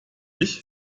ich